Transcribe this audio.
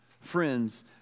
Friends